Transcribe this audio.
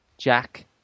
Jack